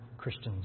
christians